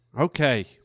okay